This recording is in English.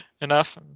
Enough